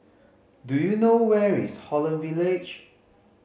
do you know where is Holland Village